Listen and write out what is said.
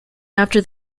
after